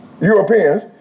Europeans